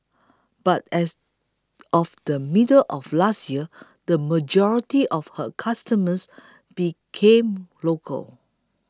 but as of the middle of last year the majority of her customers became local